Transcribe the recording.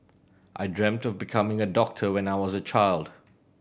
I dreamed of becoming a doctor when I was a child